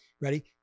ready